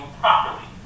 properly